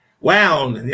wow